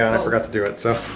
i forgot to do it so.